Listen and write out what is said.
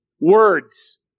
words